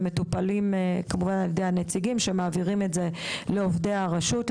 על ידי הנציגים שמעבירים את זה לעובדי הרשות,